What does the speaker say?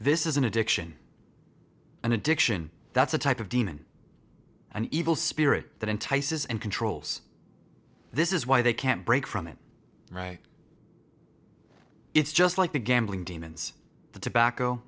this is an addiction an addiction that's a type of demon an evil spirit that entices and controls this is why they can't break from it right it's just like the gambling demons the tobacco